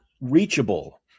reachable